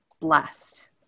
blessed